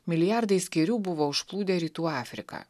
milijardai skėrių buvo užplūdę rytų afriką